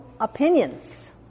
opinions